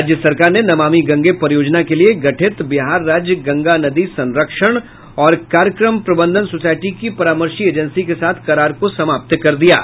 राज्य सरकार ने नमामि गंगे परियोजना के लिये गठित बिहार राज्य गंगा नदी संरक्षण और कार्यक्रम प्रबंधन सोसायटी की परामर्शी एजेंसी के साथ करार को समाप्त कर दिया है